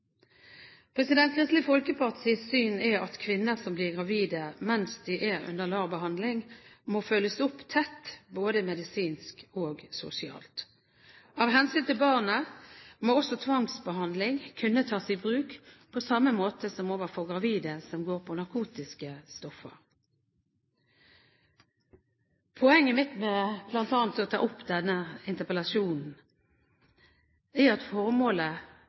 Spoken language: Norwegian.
Kristelig Folkepartis syn er at kvinner som blir gravide mens de er under LAR-behandling, må følges opp tett både medisinsk og sosialt. Av hensyn til barnet må tvangsbehandling kunne tas i bruk på samme måte som overfor gravide som går på narkotiske stoffer. Poenget mitt med bl.a. å ta opp denne interpellasjonen er at formålet